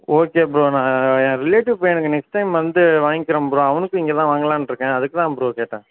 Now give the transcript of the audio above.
okay bro நான் என் relative பையனுக்கு நெக்ஸ்ட் டைம் வந்து வாங்கிக்கிறேன் ப்ரோ அவனுக்கும் இங்கே தான் வாங்கலாம்ன்னு இருக்கேன் அதுக்கு தான் ப்ரோ கேட்டேன்